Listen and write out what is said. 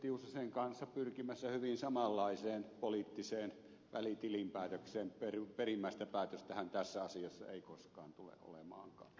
tiusasen kanssa pyrkimässä hyvin samanlaiseen poliittiseen välitilinpäätökseen perimmäistä päätöstähän tässä asiassa ei koskaan tule olemaankaan